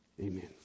Amen